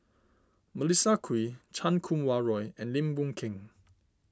Melissa Kwee Chan Kum Wah Roy and Lim Boon Keng